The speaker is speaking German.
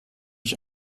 ich